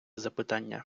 запитання